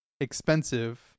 expensive